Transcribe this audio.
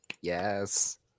Yes